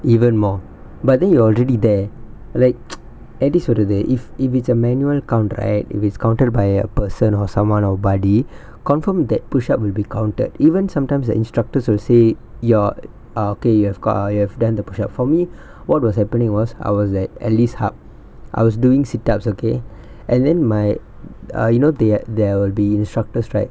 even more but then you're already there like எப்டி சொல்றது:epdi solrathu if if it's a manual count right if it's counted by a person or someone or buddy confirm that push up will be counted even sometimes the instructors will say you're ah okay you have cau~ you have done the push up for me what was happening was I was at eliss hub I was doing sit ups okay and then my uh you know the~ there will be instructors right